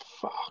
Fuck